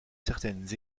certaines